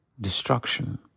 destruction